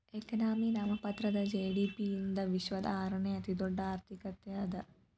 economy ನಾಮಮಾತ್ರದ GDP ಯಿಂದ ವಿಶ್ವದ ಆರನೇ ಅತಿದೊಡ್ಡ್ ಆರ್ಥಿಕತೆ ಅದ